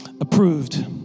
approved